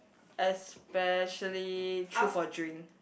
especially true for drink